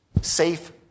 safe